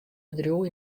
bedriuw